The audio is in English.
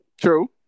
True